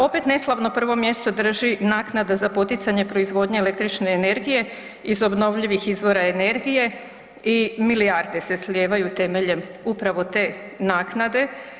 Opet neslavno 1. mjesto drži naknada za poticanje proizvodnje električne energije iz obnovljivih izvora energije i milijarde se slijevaju temeljem upravo te naknade.